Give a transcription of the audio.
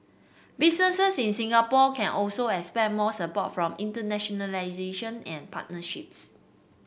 businesses in Singapore can also expect more support for internationalisation and partnerships